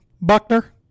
Buckner